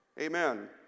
Amen